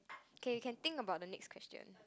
okay you can think about the next question